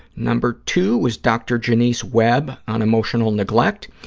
number two was dr. jonice webb on emotional neglect.